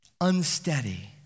unsteady